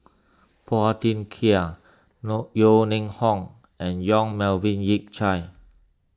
Phua Thin Kiay Yeo Ning Hong and Yong Melvin Yik Chye